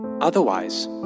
Otherwise